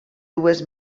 dues